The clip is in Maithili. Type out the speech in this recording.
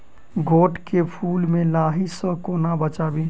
गोट केँ फुल केँ लाही सऽ कोना बचाबी?